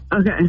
okay